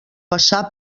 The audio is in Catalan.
passà